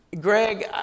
Greg